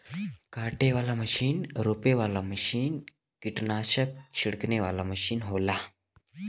काटे वाला मसीन रोपे वाला मसीन कीट्नासक छिड़के वाला मसीन होला